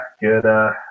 good